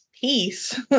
peace